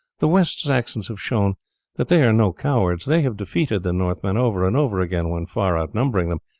the west saxons have showed that they are no cowards they have defeated the northmen over and over again when far outnumbering them.